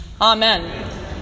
Amen